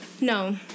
No